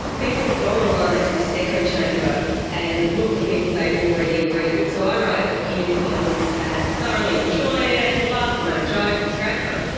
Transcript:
people go online to this echo chamber and look for people they already agree with. so i write opinion columns and thoroughly enjoy ah it, laugh at my own jokes, it's great fun.